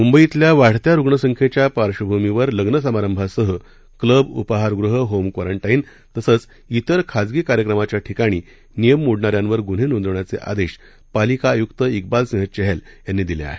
मुंबईतल्या वाढत्या रुग्णसंख्येच्या पार्श्वभूमीवर लग्न समारंभासह क्लब उपाहारगृहे होम क्वारंटाईन तसंच तिर खासगी कार्यक्रमाच्या ठिकाणी नियम मोडणाऱ्यांवर गुन्हे नोंदवण्याचे आदेश पालिका आयुक्त क्रिबाल सिंह चहल यांनी दिले आहेत